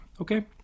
Okay